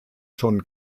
schon